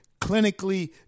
clinically